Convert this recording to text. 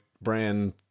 brand